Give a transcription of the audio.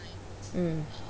mm